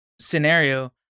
scenario